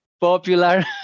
popular